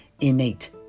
innate